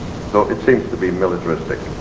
so it seems to be militaristic.